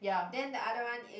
then the other one in